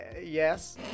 yes